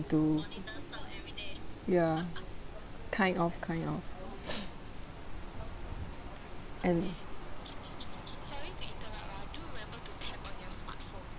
to ya kind of kind of and